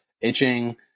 itching